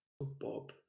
Bob